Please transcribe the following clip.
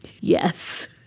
Yes